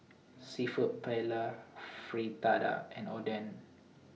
Seafood Paella Fritada and Oden